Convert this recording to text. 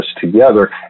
together